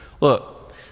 Look